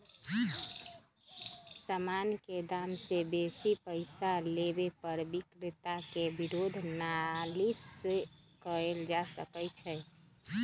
समान के दाम से बेशी पइसा लेबे पर विक्रेता के विरुद्ध नालिश कएल जा सकइ छइ